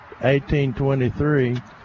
1823